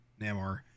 Namor